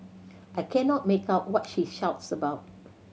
I cannot make out what she shouts about